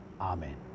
amen